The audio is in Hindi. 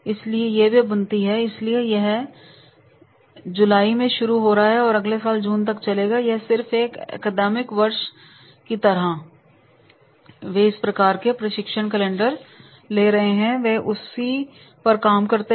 इसलिए अब यह जुलाई में शुरू हो रहा है और अगले साल जून तक चलेगा यह सिर्फ एक अकादमिक वर्ष की तरह है तो वे इस प्रकार का प्रशिक्षण कैलेंडर ले रहे हैं और वे उसी पर काम करते हैं